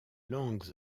langues